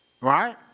right